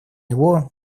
его